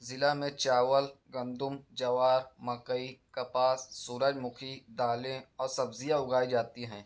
ضلع میں چاول گندم جوار مکئی کپاس سورج مکھی دالیں اور سبزیاں اُگائی جاتی ہیں